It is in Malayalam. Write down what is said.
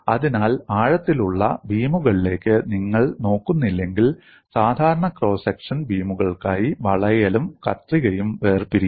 അതിനാൽ ആഴത്തിലുള്ള ബീമുകളിലേക്ക് നിങ്ങൾ നോക്കുന്നില്ലെങ്കിൽ സാധാരണ ക്രോസ് സെക്ഷൻ ബീമുകൾക്കായി വളയലും കത്രികയും വേർപിരിയും